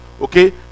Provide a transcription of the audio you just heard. Okay